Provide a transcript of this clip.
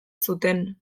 zuten